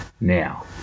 Now